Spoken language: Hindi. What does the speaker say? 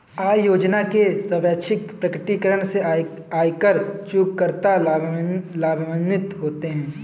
आय योजना के स्वैच्छिक प्रकटीकरण से आयकर चूककर्ता लाभान्वित होते हैं